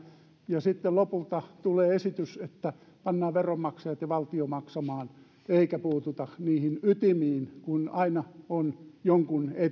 ja sitten lopulta tulee esitys että pannaan veronmaksajat ja valtio maksamaan eikä puututa niihin ytimiin kun aina on jonkun